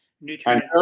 nutrient